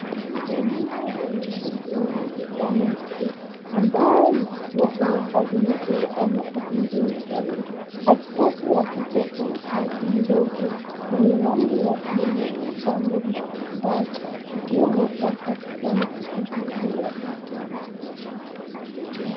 Eneo lenye shughuli nyingi na mti ambayo ni kituo cha magari madogo au matatu nchini Kenya. Katikati ya picha kuna basi ndogo yenye rangi blue na mapambo mbalimbali ikiwa na taa za kijani kibichi juu ya paa.